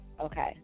Okay